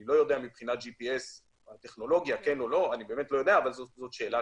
אני לא יודע מבחינת הטכנולוגיה של ג'י.פי.אס אם זה אפשרי,